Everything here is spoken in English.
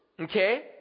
okay